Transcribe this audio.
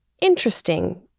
interesting